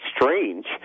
strange